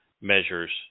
measures